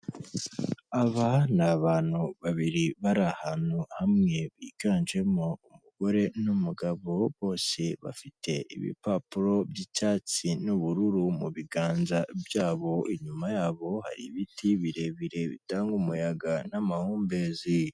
Aba ni abantu babiri bari ahantu hamwe biganjemo umugore numugabo, bose bafite ibipapuro byicyatsi n'ubururu mu biganza byabo, inyuma yabo hari ibiti birebire bitanga umuyaga n'amahumbezi.